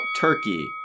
Turkey